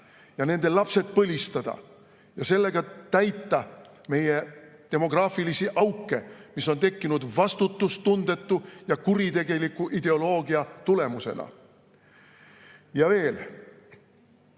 ja nende lapsed ja sellega täita meie demograafilisi auke, mis on tekkinud vastutustundetu ja kuritegeliku ideoloogia tulemusena. See